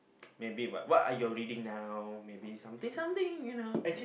maybe what are your reading now maybe something something you know